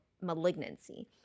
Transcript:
malignancy